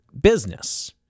business